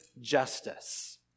justice